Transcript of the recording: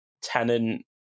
tenant